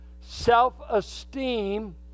Self-esteem